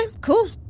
cool